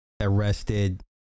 arrested